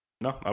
No